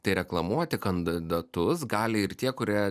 tai reklamuoti kandidatus gali ir tie kurie